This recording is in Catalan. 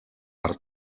per